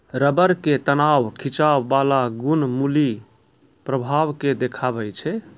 rubber के तनाव खिंचाव बाला गुण मुलीं प्रभाव के देखाबै छै